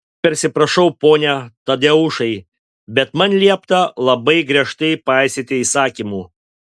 labai persiprašau pone tadeušai bet man liepta labai griežtai paisyti įsakymų